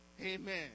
Amen